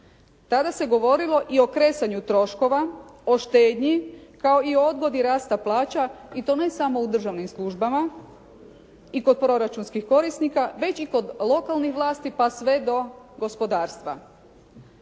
Tada se govorilo i o kresanju troškova, o štednji, kao i odgodi rasta plaća, i to ne samo u državnim službama i kod proračunskih korisnika, već i kod lokalnih vlasti pa sve do gospodarstva.